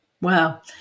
Wow